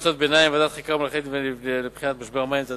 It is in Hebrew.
המלצות ביניים: ועדת החקירה הממלכתית לבחינת משבר משק המים,